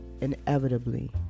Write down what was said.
inevitably